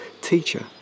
teacher